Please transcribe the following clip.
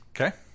okay